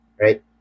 right